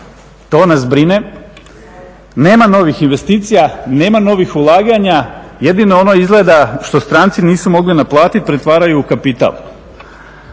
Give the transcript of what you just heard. To nas brine. Nema novih investicija, nema novih ulaganja. Jedino ono izgleda što stranci nisu mogli naplatiti pretvaraju u kapital.